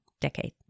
decade